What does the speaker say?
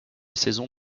saison